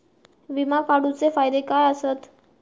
विमा काढूचे फायदे काय आसत?